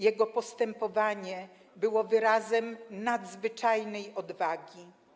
Jego postępowanie było wyrazem nadzwyczajnej odwagi.